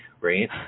right